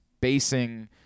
basing